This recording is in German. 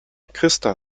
christa